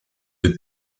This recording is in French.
des